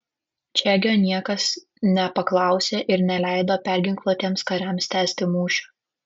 čegio niekas nepaklausė ir neleido perginkluotiems kariams tęsti mūšio